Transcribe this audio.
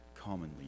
commonly